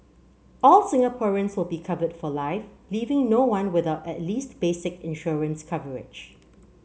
all Singaporeans will be covered for life leaving no one without at least basic insurance coverage